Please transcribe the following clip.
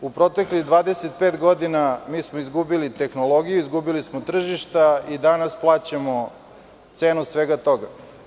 U proteklih 25 godina mi smo izgubili tehnologiju, izgubili smo tržišta i danas plaćamo cenu svega toga.